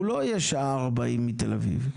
הוא לא יהיה שעה-ארבעים מתל אביב.